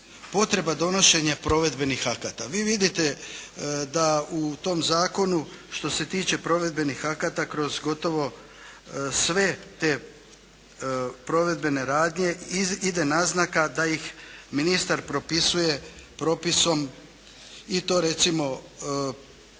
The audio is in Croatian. potreba donošenja provedbenih akta. Vi vidite da u tom zakonu što se tiče provedbenih akata kroz gotovo sve te provedbene radnje ide naznaka da ih ministar propisuje propisom i to recimo